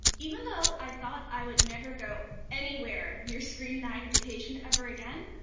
even though i thought i would never go anywhere near screen magnification ever again,